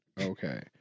Okay